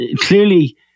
clearly